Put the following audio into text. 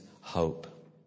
hope